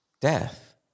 Death